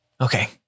okay